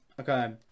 okay